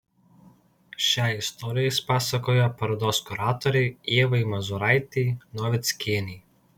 šią istoriją jis papasakojo parodos kuratorei ievai mazūraitei novickienei